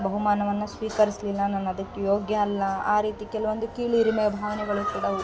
ಬಹುಮಾನವನ್ನು ಸ್ವೀಕರ್ಸ್ಲಿಲ್ಲ ನಾನು ಅದಕ್ಕೆ ಯೋಗ್ಯ ಅಲ್ಲ ಆ ರೀತಿ ಕೆಲವೊಂದು ಕೀಳರಿಮೆ ಭಾವನೆಗಳು ಕೂಡ